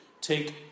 take